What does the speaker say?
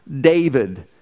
David